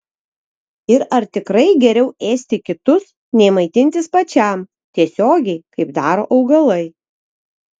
ir ar tikrai geriau ėsti kitus nei maitintis pačiam tiesiogiai kaip daro augalai